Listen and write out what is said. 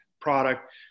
product